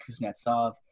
Kuznetsov